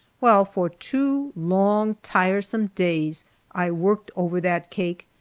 well, for two long, tiresome days i worked over that cake,